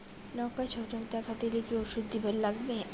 লঙ্কায় ছত্রাক দেখা দিলে কি ওষুধ দিবার লাগবে?